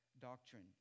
doctrine